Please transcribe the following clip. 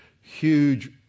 huge